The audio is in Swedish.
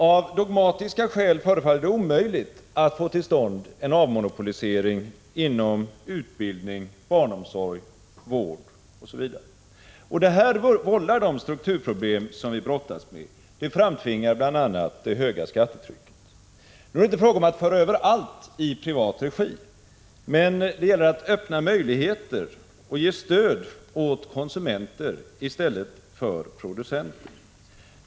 Av dogmatiska skäl förefaller det omöjligt att få till stånd en avmonopolisering inom utbildning, barnomsorg, vård osv. Det här vållar de strukturproblem som vi brottas med. Det framtvingar bl.a. det höga skattetrycket. Nu är det inte fråga om att föra över allt i privat regi. Men det gäller att öppna möjligheter för alternativ och ge stöd åt konsumenter i stället för åt producenter.